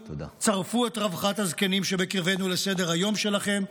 צרפו את רווחת הזקנים שבקרבנו לסדר-היום שלכם.